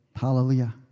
Hallelujah